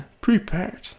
prepared